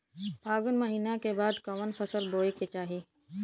फागुन महीना के बाद कवन फसल बोए के चाही?